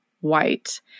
white